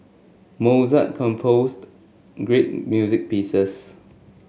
Mozart composed great music pieces